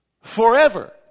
forever